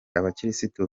abakirisitu